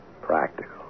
Practical